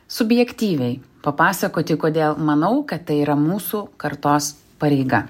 subjektyviai papasakoti kodėl manau kad tai yra mūsų kartos pareiga